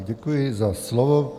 Děkuji za slovo.